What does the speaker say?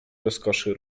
rozkoszy